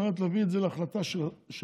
על מנת להביא את זה להחלטה של המליאה.